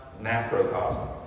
macrocosm